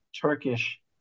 Turkish